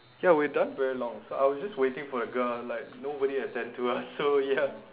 ya we're done very long so I was just waiting for the girl like nobody attend to us so ya